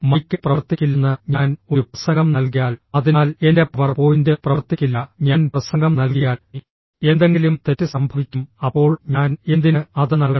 mic പ്രവർത്തിക്കില്ലെന്ന് ഞാൻ ഒരു പ്രസംഗം നൽകിയാൽ അതിനാൽ എന്റെ പവർ പോയിന്റ് പ്രവർത്തിക്കില്ല ഞാൻ പ്രസംഗം നൽകിയാൽ എന്തെങ്കിലും തെറ്റ് സംഭവിക്കും അപ്പോൾ ഞാൻ എന്തിന് അത് നൽകണം